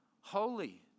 holy